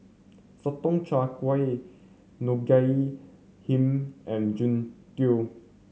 Sotong Char Kway Ngoh Hiang and Jian Dui